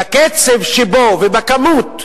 בקצב שבו, ובכמות שבה,